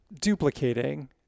duplicating